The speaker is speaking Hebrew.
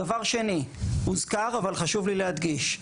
דבר שני, הוזכר אבל חשוב לי להדגיש.